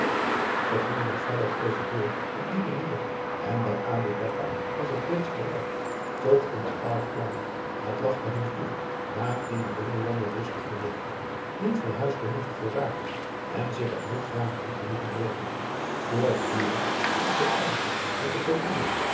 ze gingen er verder over door op die manier en bij aboe bakar was het reeds gerijpt tot een bepaald plan het lachte hem toe daar in de binnenlanden rustig te leven niet van huis te moeten voor zaken en zich t hoofd daarmee niet te moeten breken voortdurend om te gaan met den